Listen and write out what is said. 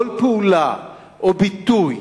כל פעולה או ביטוי,